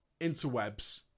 interwebs